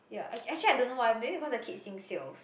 ya ac~ actually I don't know why maybe cause I keep seeing sales